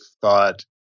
thought